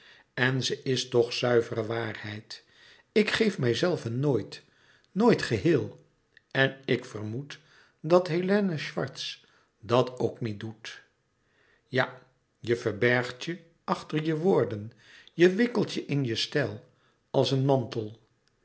en ze is toch zuivere waarheid ik geef mijzelven nooit nooit geheel en ik vermoed dat hélène swarth dat ook niet doet ja je verbergt je achter je woorden je wikkelt je in je stijl als in een mantel